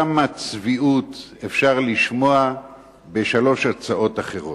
כמה צביעות אפשר לשמוע בשלוש הצעות אחרות,